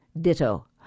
Ditto